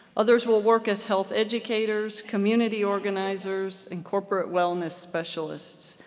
others will work as health educators, community organizers, and corporate wellness specialists,